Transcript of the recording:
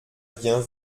bien